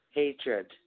hatred